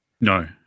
No